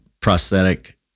prosthetic